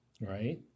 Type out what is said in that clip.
Right